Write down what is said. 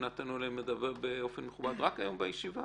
שנתנו להם לדבר באופן מכובד רק היום בישיבה